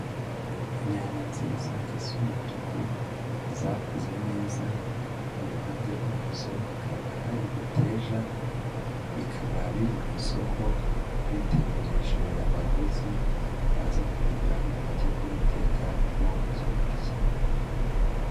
Inyanya nziza zisa umutuku zakuze neza, iruhande rwazo hakaba hari imiteja, bikaba biri mu isoko bitegereje abaguzi baza kubigura ngo bajye kubitekamo ibyo kurya.